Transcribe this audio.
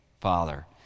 Father